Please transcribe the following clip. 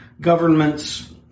governments